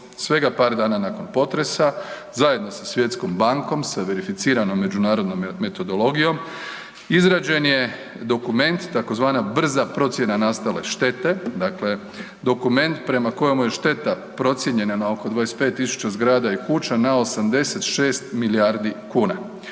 Svega par dana nakon potresa zajedno sa Svjetskom bankom sa verificiranom međunarodnom metodologijom izrađen je dokument tzv. brza procjena nastale štete, dakle dokument prema kojemu je šteta procijenjena na oko 25.000 zgrada i kuća na 86 milijardi kuna.